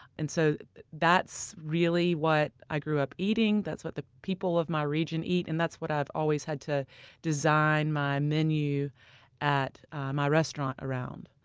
and so that's really what i grew up eating. that's what the people of my region eat, and that's what i've always had to design my menu at my restaurant around.